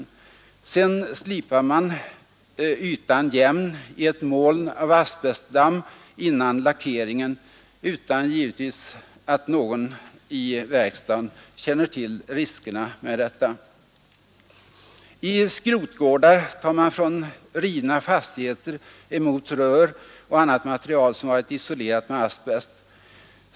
Efter spacklingen slipar man ytan jämn i ett moln av asbestdamm innan lackeringen görs, givetvis utan att någon i verkstaden känner till riskerna. I skrotgårdar tar man från rivna fastigheter emot rör och annat material som varit isolerat med asbest.